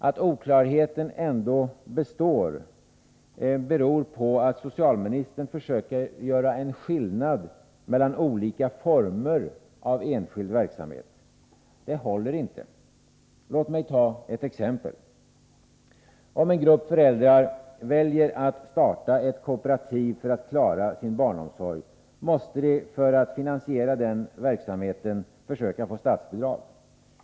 Att oklarheten ändå består beror på att socialministern försöker göra en skillnad mellan olika former av enskild verksamhet. Det håller inte. Låt mig ta ett exempel. Om en grupp föräldrar väljer att starta ett kooperativ för att klara sin barnomsorg måste de för att finansiera den verksamheten försöka få statsbidrag.